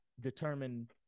determine